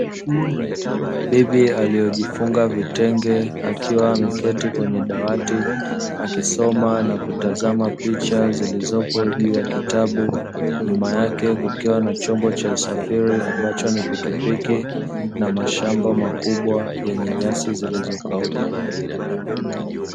Bibi aliyojifunga vitenge akiwa ameketi kwenye dawati akisoma na kutazama picha zilizopo juu ya kitabu, nyuma yake kukiwa na chombo cha usafiri ambacho ni pikipiki, na mashamba makubwa yenye nyasi zilizokauka.